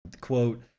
Quote